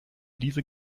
diese